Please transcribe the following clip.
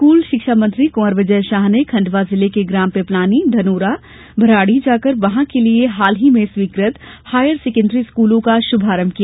school शिक्षा मंत्री कुंवर विजय शाह ने खंडवा जिले के ग्राम पिपलानी धनोरा भराड़ी जाकर वहां के लिए हाल ही में स्वीकृत हायर सेकेण्डरी स्कूलों का शुभारंभ किया